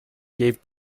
gave